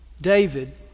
David